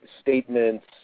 statements